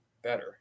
Better